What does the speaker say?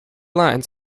line